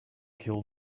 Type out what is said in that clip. kill